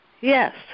yes